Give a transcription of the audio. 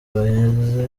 baheze